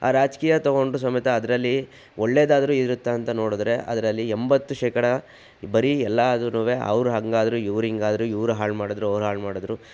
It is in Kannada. ಆ ರಾಜಕೀಯ ತೊಗೊಂಡ್ರು ಸಮೇತ ಅದರಲ್ಲಿ ಒಳ್ಳೇದಾದ್ರೂ ಇರುತ್ತಾ ಅಂತ ನೋಡಿದ್ರೆ ಅದರಲ್ಲಿ ಎಂಬತ್ತು ಶೇಕಡ ಬರೀ ಎಲ್ಲದೂನು ಅವರ ಹಾಗಾದ್ರು ಇವರು ಹೀಗಾದ್ರು ಇವರು ಹಾಳು ಮಾಡಿದ್ರು ಅವರು ಹಾಳು ಮಾಡಿದ್ರು